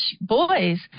boys